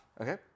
Okay